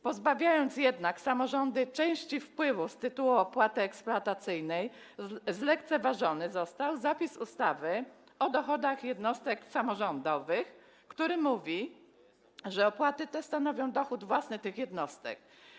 Pozbawiając jednak samorządy części wpływów z tytułu opłaty eksploatacyjnej, lekceważy się zapis ustawy o dochodach jednostek samorządowych, który mówi, że opłaty te stanowią dochód własny tych jednostek.